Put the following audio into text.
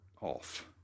off